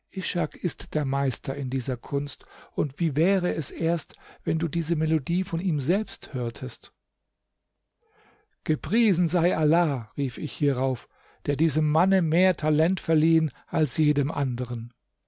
ist der meister in dieser kunst und wie wäre es erst wenn du diese melodie von ihm selbst hörtest gepriesen sei allah rief ich hierauf der diesem manne mehr talent verliehen als jedem andern